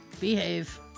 Behave